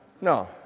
No